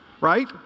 right